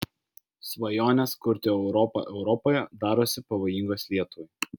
svajonės kurti europą europoje darosi pavojingos lietuvai